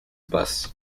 bus